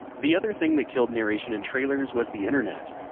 the other thing that killed narration in trailers was the internet.